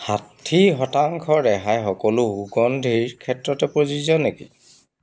ষাঠি শতাংশ ৰেহাই সকলো সুগন্ধিৰ ক্ষেত্ৰতে প্ৰযোজ্য নেকি